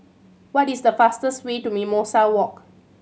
what is the fastest way to Mimosa Walk